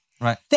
Right